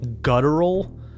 guttural